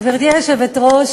גברתי היושבת-ראש,